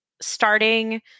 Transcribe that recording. starting